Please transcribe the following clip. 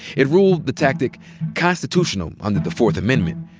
it ruled the tactic constitutional under the fourth amendment,